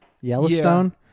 Yellowstone